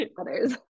others